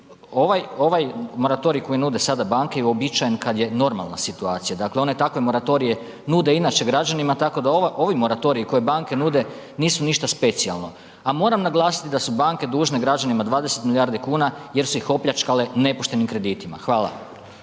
ovaj moratorij koji nude sada banke je uobičajen kada je normalna situacija, dakle one takve moratorije nude inače građanima tako da ovi moratoriji koji banke nude nisu ništa specijalno. A moram naglasiti da su banke dužne građanima 20 milijardi kuna jer su ih opljačkale nepoštenim kreditima. Hvala.